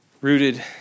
Rooted